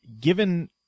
given